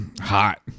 Hot